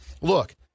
look